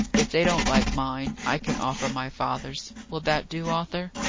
if they don't like mine, i can offer my father's. will that do, arthur?